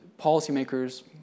policymakers